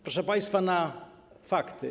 Proszę państwa, fakty.